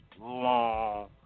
long